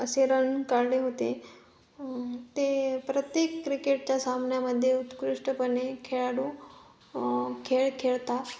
असे रन काढले होते ते प्रत्येक क्रिकेटच्या सामन्यामध्ये उत्कृष्टपणे खेळाडू खेळ खेळतात